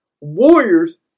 Warriors